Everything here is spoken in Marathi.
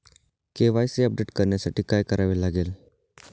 के.वाय.सी अपडेट करण्यासाठी काय करावे लागेल?